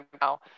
now